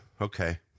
Okay